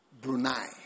Brunei